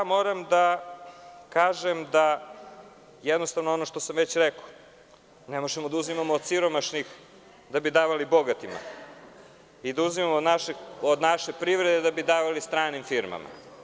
Moram da kažem da, ono što sam već rekao, ne možemo da uzimamo od siromašnih da bi davali bogatima i da uzimamo od naše privrede da bi davali stranim firmama.